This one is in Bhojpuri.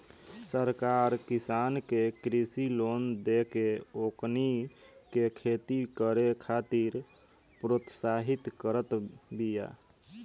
सरकार किसान के कृषि लोन देके ओकनी के खेती करे खातिर प्रोत्साहित करत बिया